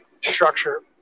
structure